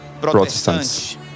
Protestants